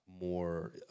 more